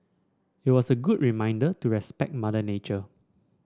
it was a good reminder to respect Mother Nature